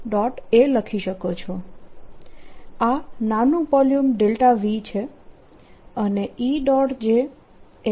a લખી શકો છો આ નાનું વોલ્યુમ v છે અને E